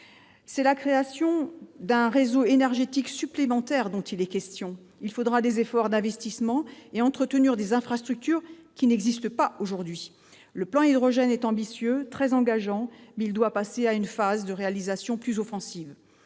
C'est de la création d'un réseau énergétique supplémentaire qu'il est question. Il faudra consentir des efforts d'investissement et accepter d'entretenir des infrastructures qui n'existent pas aujourd'hui. Le plan Hydrogène est ambitieux, très engageant, mais il doit passer à une phase de réalisation plus offensive.